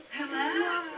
Hello